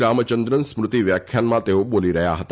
રામચંદ્રન સ્મૃતી વ્યાખ્યાનમાં તેઓ બોલી રહ્યા હતા